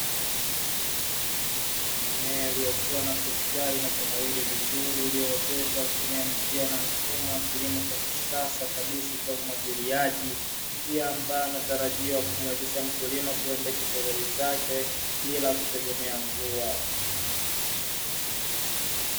Mimea iliyokua na kustawi na kunawili vizuri kwa kutumia njia na mfumo wa kilimo cha kisasa kabisa cha umwagiliaji, njia ambayo inatarajia kumuwezesha mkulima kuendesha shughuli zake bila kutegemea mvua.